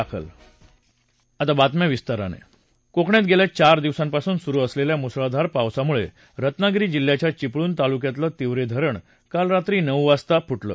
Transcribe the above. दाखल कोकणात गेल्या चार दिवसांपासून सुरू असलेल्या मुसळधार पावसामुळे रत्नागिरी जिल्ह्याच्या विपळूण तालुक्यातलं तिवरे धरण काल रात्री नऊ वाजता फुटलं